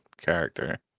character